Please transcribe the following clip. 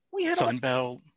sunbelt